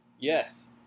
Yes